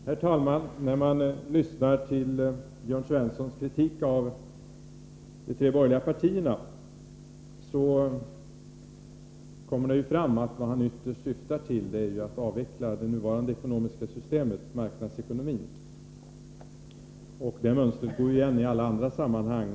Herr talman! I Jörn Svenssons kritik av de tre borgerliga partierna kommer det fram att vad han ytterst syftar till är att avveckla det nuvarande ekonomiska systemet, marknadsekonomin. Det mönstret går igen i alla andra sammanhang.